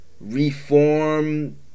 reform